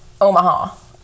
Omaha